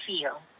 feel